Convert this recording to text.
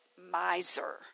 miser